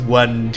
one